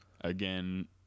again